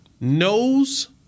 knows